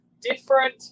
different